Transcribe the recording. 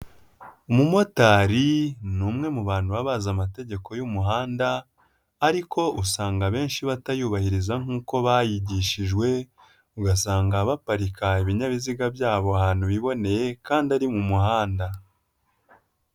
Umumotari ni umwe mu bantu baba bazi amategeko y'umuhanda ariko usanga abenshi batayubahiriza nkuko bayigishijwe, ugasanga baparika ibinyabiziga byabo ahantu biboneye kandi ari mu muhanda.